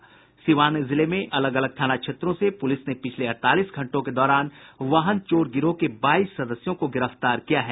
सिवान जिले के अलग अलग थाना क्षेत्रों से पुलिस ने पिछले अड़तालीस घंटों के दौरान वाहन चोर गिरोह के बाईस सदस्यों को गिरफ्तार किया है